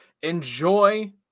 enjoy